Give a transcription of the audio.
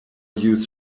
use